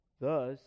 Thus